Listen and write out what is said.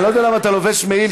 אני לא יודע למה אתה לובש מעיל,